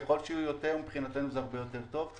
ככל שיהיו יותר זה הרבה יותר טוב.